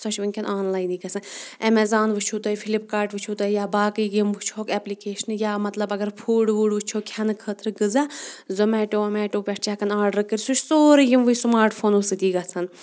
سۄ چھِ وٕنکیٚن آنلاینٕے گژھان ایمیزان وُچھو تُہۍ فِلِپکاٹ وٕچھو تہۍ یا باقے یِم وٕچھوکھ ایپلکیشہِ یا مطلب اگر فُڈ وُڈ وٕچھو کھٮ۪نہٕ خٲطرٕ غذا زومیٹو ومیٹو پٮ۪ٹھ چھِ ہٮ۪کان آرڈر کٔرِتھ سُہ چھِ سورُے یِموٕے سماٹ فون سۭتی گژھان